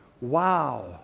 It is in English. wow